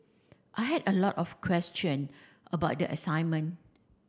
I had a lot of question about the assignment